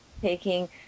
taking